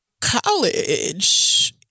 college